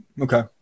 Okay